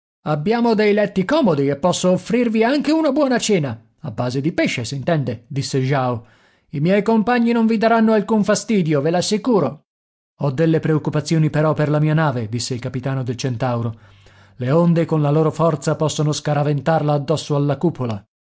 abbiamo dei letti comodi e posso offrirvi anche una buona cena a base di pesce s'intende disse jao i miei compagni non vi daranno alcun fastidio ve l'assicuro ho delle preoccupazioni però per la mia nave disse il capitano del centauro le onde con la loro forza possono scaraventarla addosso alla cupola